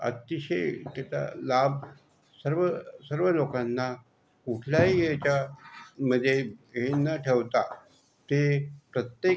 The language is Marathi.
अतिशय त्याचा लाभ सर्व सर्व लोकांना कुठलाही याच्यामध्ये हे न ठेवता ते प्रत्येक